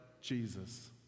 Jesus